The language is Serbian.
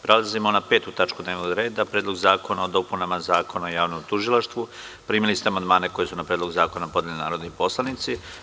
Prelazimo na tačku 5. dnevnog reda – PREDLOG ZAKONA O DOPUNAMA ZAKONA O JAVNOM TUŽILAŠTVU Primili ste amandmane koje su na Predlog zakona podneli narodni poslanici.